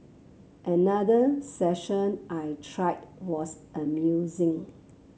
another session I tried was amusing